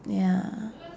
ya